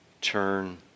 turn